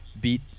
beat